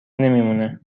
نمیمونه